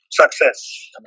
success